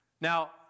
Now